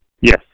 Yes